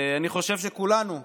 אני חושב שכולנו,